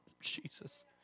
Jesus